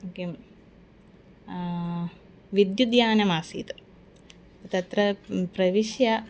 किं विद्युद्यानमासीत् तत्र प्रविश्य